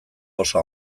oso